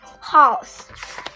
house